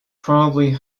probably